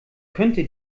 könnte